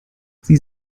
sie